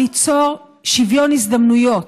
ליצור שוויון הזדמנויות,